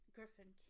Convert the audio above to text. Griffin